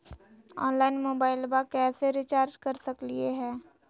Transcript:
Online मोबाइलबा कैसे recharge कर सकलिए है?